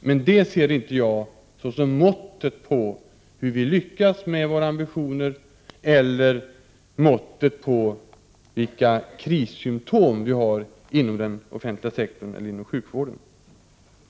men det ser inte jag som ett mått på hur vi lyckats i våra ambitioner eller som ett uttryck för om vi har eller inte har en kris inom den offentliga sektorn eller sjukvården.